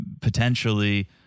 potentially